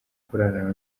kurarana